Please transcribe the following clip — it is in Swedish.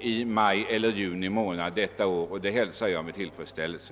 i maj eller juni nästa år. Det hälsar jag med tillfredsställelse.